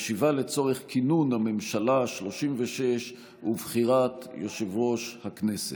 ישיבה לצורך כינון הממשלה השלושים-ושש ובחירת יושב-ראש הכנסת.